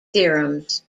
theorems